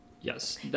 Yes